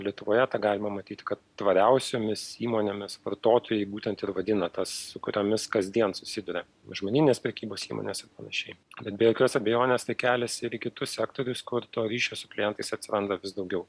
lietuvoje tą galima matyti kad tvariausiomis įmonėmis vartotojai būtent ir vadina tas su kuriomis kasdien susiduria mažmeninės prekybos įmonės ir panašiai bet be jokios abejonės tai kelias ir į kitus sektorius kur to ryšio su klientais atsiranda vis daugiau